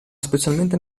specialmente